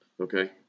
Okay